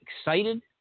excited